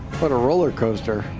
what a rollercoaster.